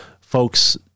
folks